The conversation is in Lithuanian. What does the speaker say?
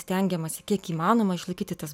stengiamasi kiek įmanoma išlaikyti tas